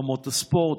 אולמות הספורט,